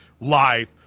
Life